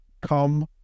come